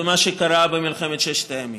במה שקרה במלחמת ששת הימים.